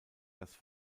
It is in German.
dass